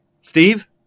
Steve